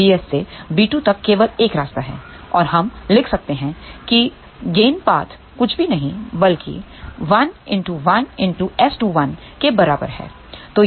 bs से b2 तक केवल 1 रास्ता है और हम लिख सकते हैं कि गेन पाथ कुछ भी नहीं बल्कि 1 1 S21 के बराबर है